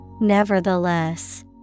Nevertheless